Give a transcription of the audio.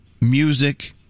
music